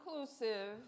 inclusive